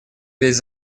весь